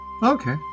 Okay